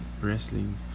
wrestling